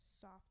soft